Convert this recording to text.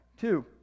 Two